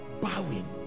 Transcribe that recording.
bowing